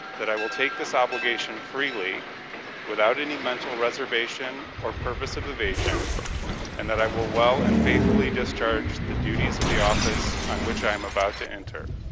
that i will take this obligation freely without any mental reservation or purpose of evasion and that i will well and faithfully discharge the duties of the office of which i'm about to enter,